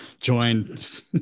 joined